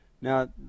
Now